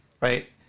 Right